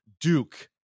Duke